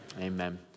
Amen